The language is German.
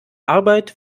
arbeit